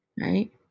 right